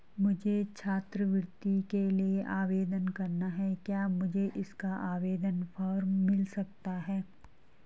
मुझे छात्रवृत्ति के लिए आवेदन करना है क्या मुझे इसका आवेदन फॉर्म मिल सकता है?